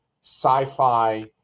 sci-fi